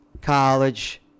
college